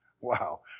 Wow